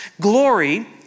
Glory